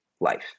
life